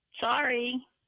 Sorry